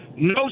No